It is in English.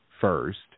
first